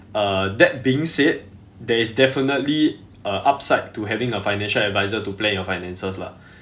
uh that being said there's definitely a upside to having a financial adviser to plan your finances lah